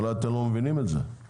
אולי אתם לא מבינים את זה,